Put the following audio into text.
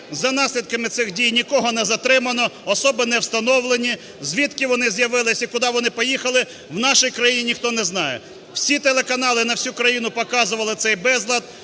За наслідками цих дій нікого не затримано, особи не встановлені, звідки вони з'явились і куди вони поїхали, в нашій країні ніхто не знає. Всі телеканали на всю країну показували цей безлад,